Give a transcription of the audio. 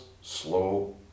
slow